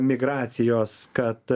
migracijos kad